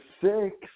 six